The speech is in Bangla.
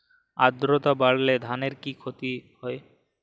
আদ্রর্তা বাড়লে ধানের কি ক্ষতি হয়?